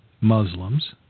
Muslims